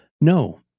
No